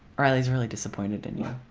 riley's really disappointed in you